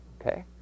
Okay